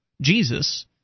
Jesus